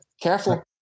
Careful